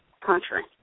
Country